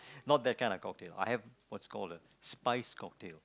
not that kind of cocktail I have what's called spice cocktail